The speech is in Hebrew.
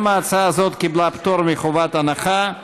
גם ההצעה הזאת קיבלה פטור מחובת הנחה.